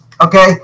okay